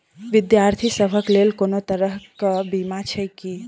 विद्यार्थी सभक लेल कोनो तरह कऽ बीमा छई की?